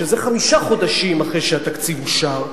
שזה חמישה חודשים אחרי שהתקציב אושר.